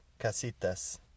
casitas